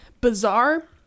bizarre